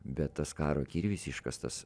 bet tas karo kirvis iškastas